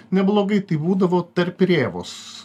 neblogai tai būdavo tarp rėvos